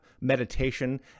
meditation